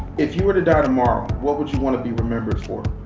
if you were to die tomorrow, what would you wanna be remembered for?